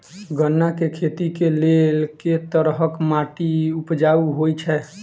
गन्ना केँ खेती केँ लेल केँ तरहक माटि उपजाउ होइ छै?